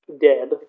dead